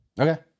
Okay